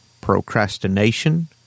procrastination